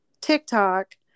TikTok